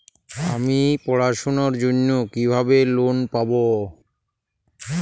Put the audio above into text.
আমি পড়াশোনার জন্য কিভাবে লোন পাব?